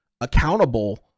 accountable